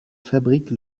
fabriquent